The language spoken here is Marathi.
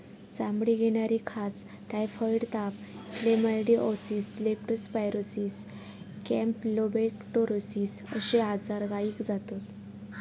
चामडीक येणारी खाज, टायफॉइड ताप, क्लेमायडीओसिस, लेप्टो स्पायरोसिस, कॅम्पलोबेक्टोरोसिस अश्ये आजार गायीक जातत